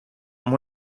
amb